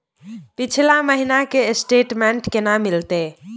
पिछला महीना के स्टेटमेंट केना मिलते?